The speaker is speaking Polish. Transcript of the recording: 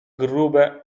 grube